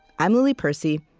i'm lily percy,